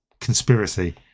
conspiracy